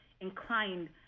inclined